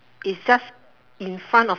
it's just in front of